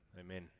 Amen